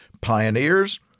pioneers